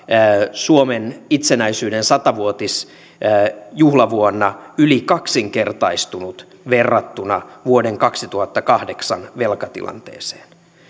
suomen itsenäisyyden sata vuotisjuhlavuonna yli kaksinkertaistunut verrattuna vuoden kaksituhattakahdeksan velkatilanteeseen